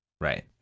Right